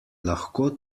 lahko